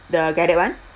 the guided one